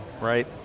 right